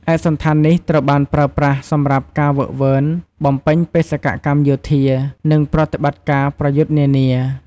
ឯកសណ្ឋាននេះត្រូវបានប្រើប្រាស់សម្រាប់ការហ្វឹកហ្វឺន បំពេញបេសកកម្មយោធា និងប្រតិបត្តិការប្រយុទ្ធនានា។